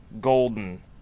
Golden